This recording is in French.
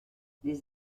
les